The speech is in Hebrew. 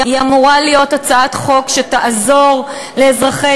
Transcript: היא אמורה להיות הצעת חוק שתעזור לאזרחי